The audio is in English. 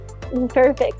Perfect